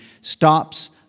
stops